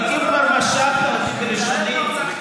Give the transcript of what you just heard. אם כבר משכת אותי בלשוני,